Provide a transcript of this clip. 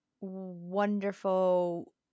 Wonderful